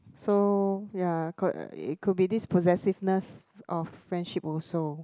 so ya co~ it could be this possessiveness of friendship also